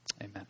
amen